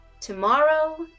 Tomorrow